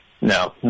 No